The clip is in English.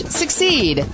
succeed